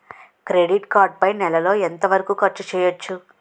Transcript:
Credit card పై నెల లో ఎంత వరకూ ఖర్చు చేయవచ్చు?